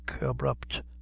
abrupt